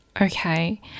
Okay